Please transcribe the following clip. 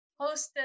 hosted